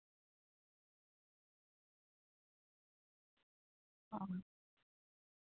ᱚᱸᱻ